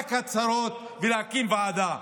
רק הצהרות ולהקים ועדה.